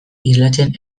islatzen